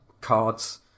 cards